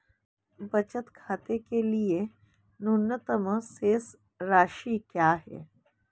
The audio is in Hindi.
बचत खाते के लिए न्यूनतम शेष राशि क्या है?